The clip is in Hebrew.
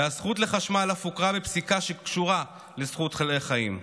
והזכות לחשמל אף הוכרה מפסיקה שקשורה לזכות לחיים.